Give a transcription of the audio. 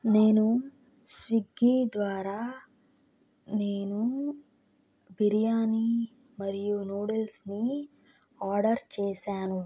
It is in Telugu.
నేను స్విగ్గీ ద్వారా నేను బిర్యానీ మరియు నూడిల్స్ని ఆర్డర్ చేశాను